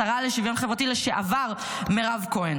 השרה לשוויון חברתי לשעבר מירב כהן.